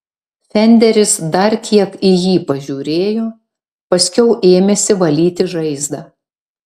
fenderis dar kiek į jį pažiūrėjo paskiau ėmėsi valyti žaizdą